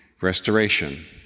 restoration